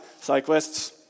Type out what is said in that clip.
cyclists